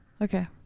Okay